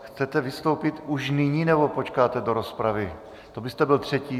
Chcete vystoupit už nyní, nebo počkáte do rozpravy, abyste byl třetí?